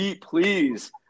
Please